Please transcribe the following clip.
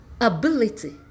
ability